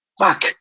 Fuck